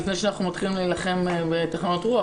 לפני שאנחנו מתחילים להלחים בתחנות רוח,